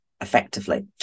effectively